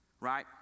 right